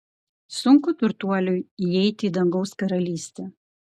sunku turtuoliui įeiti į dangaus karalystę